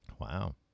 Wow